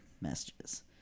messages